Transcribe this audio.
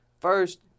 First